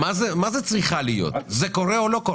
מה זה "צריכה להיות", זה קורה או לא?